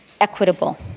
equitable